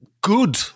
good